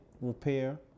repair